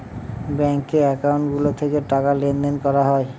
ব্যাঙ্কে একাউন্ট গুলো থেকে টাকা লেনদেন করা হয়